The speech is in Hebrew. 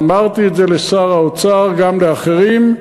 אמרתי את זה לשר האוצר, גם לאחרים,